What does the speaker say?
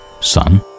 Son